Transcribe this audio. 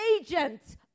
agents